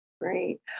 Great